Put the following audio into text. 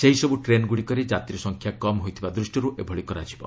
ସେହିସବୁ ଟ୍ରେନ୍ ଗୁଡ଼ିକରେ ଯାତ୍ରୀସଂଖ୍ୟା କମ୍ ହୋଇଥିବା ଦୃଷ୍ଟିରୁ ଏଭଳି କରାଯିବ